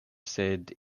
sed